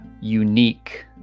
unique